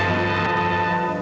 and